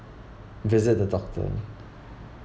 visit the doctor